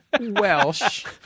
Welsh